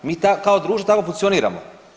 Mi kao društvo tako funkcioniramo.